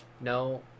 No